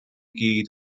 gyd